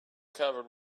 covered